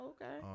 Okay